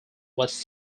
was